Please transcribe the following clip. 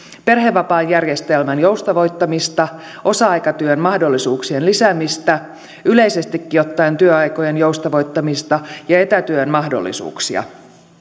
perhevapaajärjestelmän joustavoittamista osa aikatyön mahdollisuuksien lisäämistä yleisestikin ottaen työaikojen joustavoittamista ja etätyön mahdollisuuksia